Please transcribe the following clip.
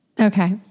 Okay